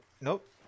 Nope